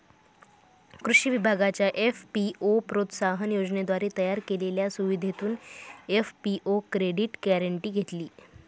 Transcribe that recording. कृषी विभागाच्या एफ.पी.ओ प्रोत्साहन योजनेद्वारे तयार केलेल्या सुविधेतून एफ.पी.ओ क्रेडिट गॅरेंटी घेतली